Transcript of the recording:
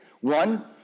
One